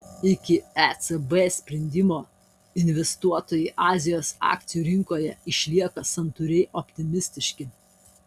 iki ecb sprendimo investuotojai azijos akcijų rinkoje išlieka santūriai optimistiški